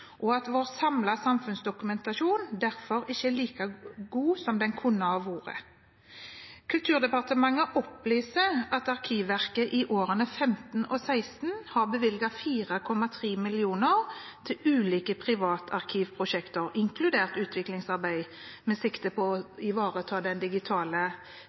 og at vår samlede samfunnsdokumentasjon derfor ikke er like god som den kunne ha vært. Kulturdepartementet opplyser at Arkivverket i årene 2015 og 2016 har bevilget 4,3 mill. kr til ulike privatarkivprosjekter, inkludert utviklingsarbeid, med sikte på å ivareta det digitale